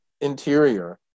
interior